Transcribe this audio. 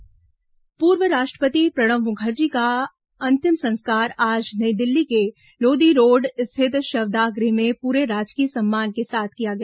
प्रणब मुखर्जी अंतिम संस्कार पूर्व राष्ट्रपति प्रणब मुखर्जी का अंतिम संस्कार आज नई दिल्ली के लोदी रोड स्थित शवदाह गृह में पूरे राजकीय सम्मान के साथ किया गया